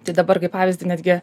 tai dabar kaip pavyzdį netgi